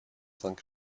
cinq